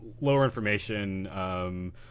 lower-information